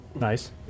Nice